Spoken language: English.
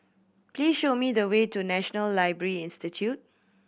please show me the way to National Library Institute